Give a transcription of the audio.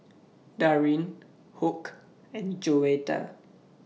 Daryn Hoke and Joetta